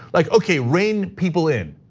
like okay reign people in.